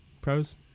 pros